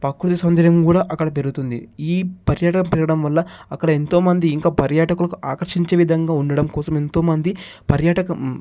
ప్రకృతి సౌందర్యం కూడా అక్కడ పెరుగుతుంది ఈ పర్యాటక పెరగడం వల్ల అక్కడ ఎంతో మంది ఇంకా పర్యాటకులకు ఆకర్షించే విధంగా ఉండటం కోసం ఎంతోమంది పర్యాటక